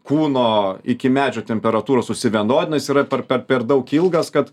kūno iki medžio temperatūros susivienodina jis yra per per daug ilgas kad